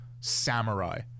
samurai